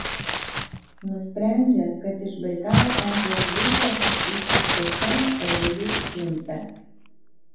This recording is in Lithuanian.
nusprendžia kad iš baikalo ežero reikia atsisiųsti specialią omulių siuntą